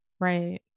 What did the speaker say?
Right